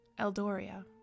Eldoria